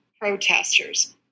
protesters